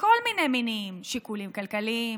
מכל מיני מינים: שיקולים כלכליים,